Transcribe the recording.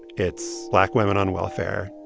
it's black women on welfare.